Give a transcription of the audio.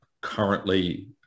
currently